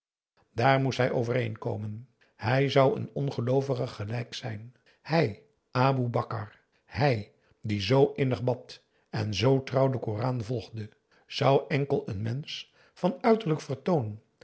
daar moest hij overheen komen hij zou een ongeloovige gelijk zijn hij aboe bakar hij die zoo innig bad en zoo trouw den koran volgde zou enkel een mensch van uiterlijk vertoon